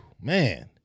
man